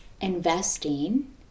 investing